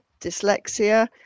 dyslexia